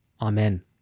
Amen